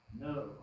No